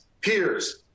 peers